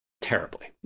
terribly